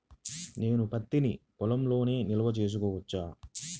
నేను పత్తి నీ పొలంలోనే నిల్వ చేసుకోవచ్చా?